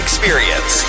Experience